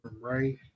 right